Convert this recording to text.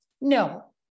No